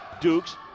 Dukes